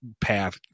path